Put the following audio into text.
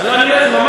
זה האיום שלך.